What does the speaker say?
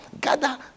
gather